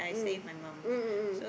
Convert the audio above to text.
mm mm mm mm